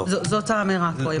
זאת האמירה של הסעיף הזה כרגע.